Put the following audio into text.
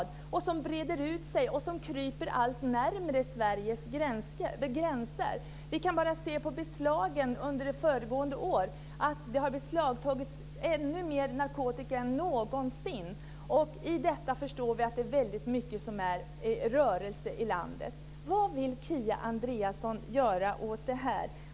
Den breder ut sig och kryper allt närmare Sveriges gränser. Det framgår av beslagen under föregående år. Det har beslagtagits mer narkotika än någonsin, och vi förstår att det är väldigt mycket i rörelse ute i landet. Vad vill Kia Andreasson göra åt det här?